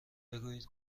بگویید